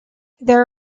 there